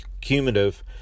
cumulative